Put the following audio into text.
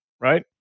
Right